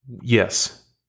Yes